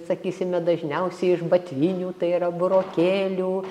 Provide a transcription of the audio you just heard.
sakysime dažniausiai iš batvinių tai yra burokėlių